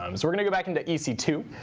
um so we're going to go back into e c two.